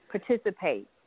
participate